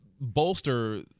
bolster